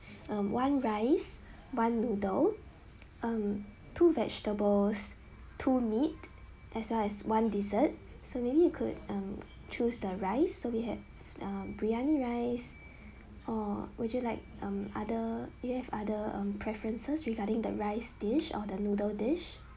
um one rice one noodle um two vegetables two meat as well as one dessert so maybe you could um choose the rice so we have um biryani rice or would you like um other do you have other um preferences regarding the rice dish or the noodle dish